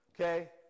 Okay